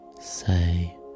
say